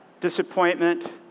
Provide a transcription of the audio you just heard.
disappointment